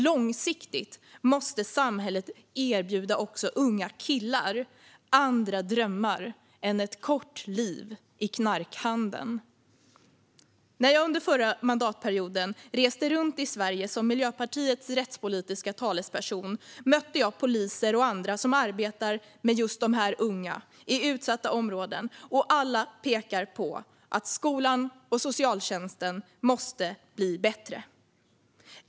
Långsiktigt måste samhället erbjuda unga killar andra drömmar än ett kort liv i knarkhandeln. När jag under förra mandatperioden reste runt i Sverige som Miljöpartiets rättspolitiska talesperson mötte jag poliser och andra som arbetar med just dessa unga i utsatta områden. Alla pekade på att skolan och socialtjänsten måste bli bättre.